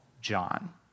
John